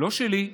לא שלי,